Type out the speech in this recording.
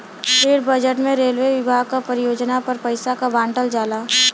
rail budget में railway विभाग क परियोजना पर पइसा क बांटल जाला